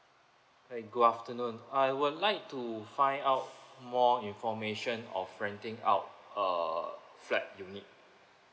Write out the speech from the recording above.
hi good afternoon I would like to find out more information of renting out a flat unit